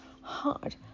hard